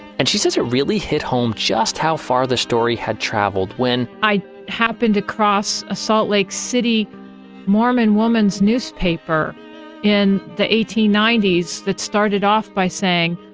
and she said it really hit home just how far the story had traveled when, i happened to cross a salt lake city mormon woman's newspaper in the eighteen ninety s that started off by saying,